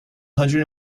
hundred